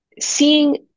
seeing